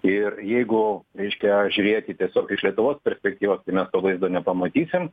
ir jeigu reiškia žiūrėti tiesiog iš lietuvos perspektyvos tai mes to vaizdo nepamatysime